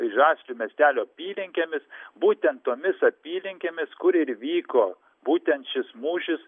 žaslių miestelio apylinkėmis būtent tomis apylinkėmis kur ir vyko būtent šis mūšis